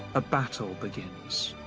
a battle begins.